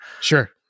Sure